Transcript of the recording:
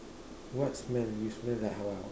what smell you smell like how